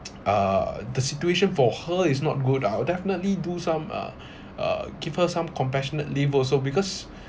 uh the situation for her is not good I'll definitely do some uh uh give her some compassionate leave also because